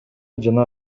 жана